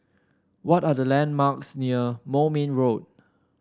what are the landmarks near Moulmein Road